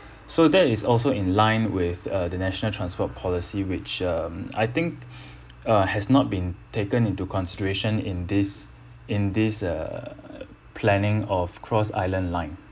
so that is also in line with uh the national transport policy which um I think uh has not been taken into consideration in this in this err planning of cross island line